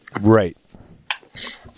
Right